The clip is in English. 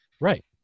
Right